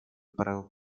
правил